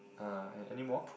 uh and anymore